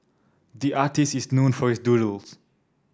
the artist is known for his doodles